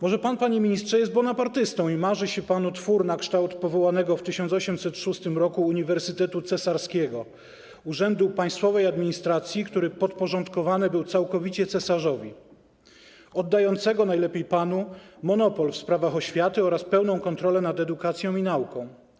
Może pan, panie ministrze, jest bonapartystą i marzy się panu twór na kształt powołanego w 1806 r. uniwersytetu cesarskiego, urzędu państwowej administracji, który podporządkowany był całkowicie cesarzowi, oddający, najlepiej panu, monopol w sprawach oświaty oraz pełną kontrolę nad edukacją i nauką.